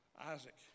Isaac